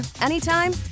anytime